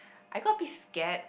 I got a bit scared